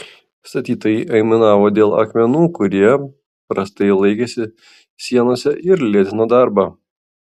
statytojai aimanavo dėl akmenų kurie prastai laikėsi sienose ir lėtino darbą